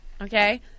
Okay